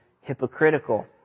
hypocritical